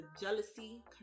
jealousy